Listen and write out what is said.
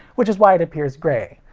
which is why it appears grey.